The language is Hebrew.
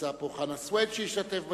נמצא פה חנא סוייד, שהשתתף בדיונים,